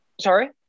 Sorry